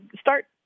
start